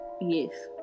yes